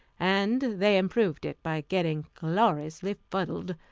and they improved it by getting gloriously fuddled.